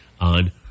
on